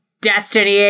Destiny